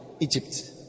Egypt